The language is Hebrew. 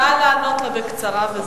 נא לענות לה בקצרה וזהו.